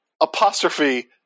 apostrophe